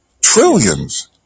Trillions